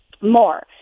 more